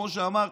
כמו שאמרתי,